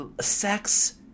sex